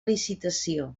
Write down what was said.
licitació